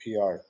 PR